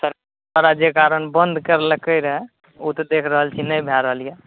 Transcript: सरकार जै कारण बन्द करलकइ रहय ओ तऽ देख रहल छियै ने भए रहल यऽ